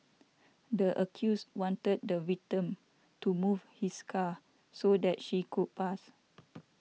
the accused wanted the victim to move his car so that she could pass